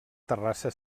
terrassa